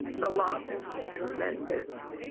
the loss is tremendous.